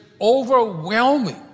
overwhelming